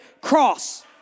cross